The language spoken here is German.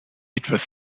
etwas